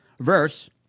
Verse